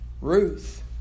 Ruth